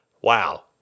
wow